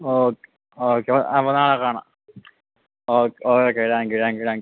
okay okay അപ്പോൾ നാളെ കാണാം okay okay thank you thank you thank U